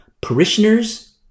parishioners